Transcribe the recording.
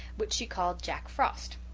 which she called jack frost.